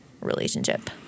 relationship